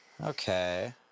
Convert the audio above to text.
Okay